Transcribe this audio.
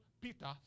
Peter